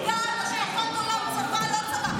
לא זהות מגדרית,